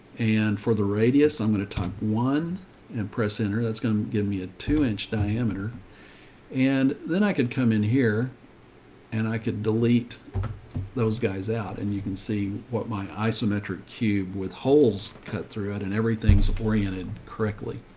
and for the radius, i'm going to talk one and press enter. that's going to give me a two inch diameter and then i could come in here and i could delete those guys out. and you can see what my isometric cube with holes cut through it and everything's oriented correctly.